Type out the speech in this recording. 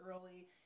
early